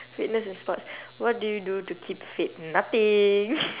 fitness and sports what do you do to keep fit nothing